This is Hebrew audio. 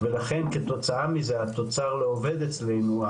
ולכן כתוצאה מזה התוצר לא עובד אצלנו,